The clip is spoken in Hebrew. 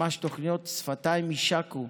ממש תוכניות, שפתיים יישקו,